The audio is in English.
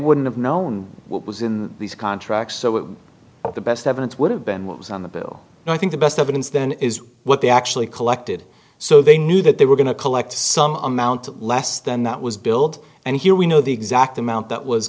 wouldn't have known what was in these contracts so we thought the best evidence would have been what was on the bill and i think the best evidence then is what they actually collected so they knew that they were going to collect some amount less than that was billed and here we know the exact amount that was